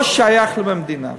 ולא שייך למדינה.